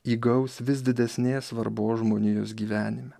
įgaus vis didesnės svarbos žmonijos gyvenime